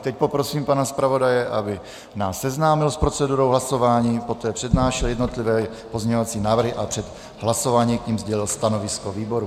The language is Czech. Teď poprosím pana zpravodaje, aby nás seznámil s procedurou hlasování, poté přednášel jednotlivé pozměňovací návrhy a před hlasováním k nim sdělil stanovisko výboru.